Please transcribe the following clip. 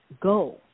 go